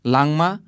Langma